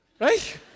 right